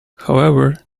however